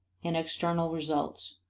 and external results.